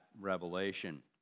revelation